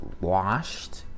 washed